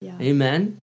amen